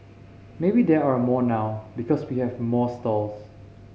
maybe there are more now because we have more stalls